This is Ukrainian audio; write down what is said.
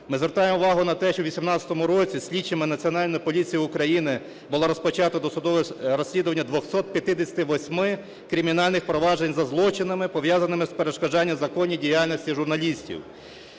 Ми звертаємо увагу на те, що у 2018 році слідчими Національної поліції України було розпочато досудове розслідування 258 кримінальних проваджень за злочинами, пов'язаними із перешкоджанням законній діяльності журналістів,